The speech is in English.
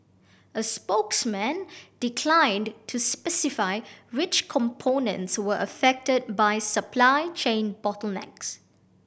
a spokesman declined to specify which components were affected by supply chain bottlenecks